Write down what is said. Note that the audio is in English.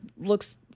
looks